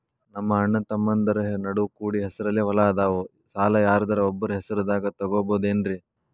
ನಮ್ಮಅಣ್ಣತಮ್ಮಂದ್ರ ನಡು ಕೂಡಿ ಹೆಸರಲೆ ಹೊಲಾ ಅದಾವು, ಸಾಲ ಯಾರ್ದರ ಒಬ್ಬರ ಹೆಸರದಾಗ ತಗೋಬೋದೇನ್ರಿ?